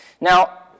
Now